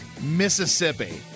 mississippi